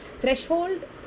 threshold